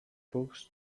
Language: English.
books